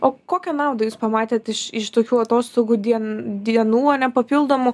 o kokią naudą jūs pamatėt iš iš tokių atostogų die dienų a ne papildomų